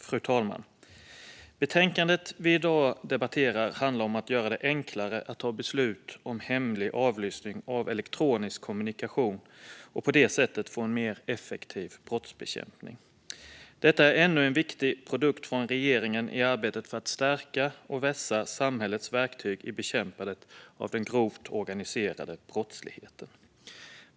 Fru talman! Betänkandet vi i dag debatterar handlar om att göra det enklare att ta beslut om hemlig avlyssning av elektronisk kommunikation och på det sättet få en mer effektiv brottsbekämpning. Detta är ännu en viktig produkt från regeringen i arbetet för att stärka och vässa samhällets verktyg i bekämpandet av den grova organiserade brottsligheten.